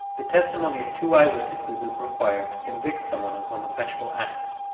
the testimony of two eyewitnesses is required to convict someone of homosexual acts,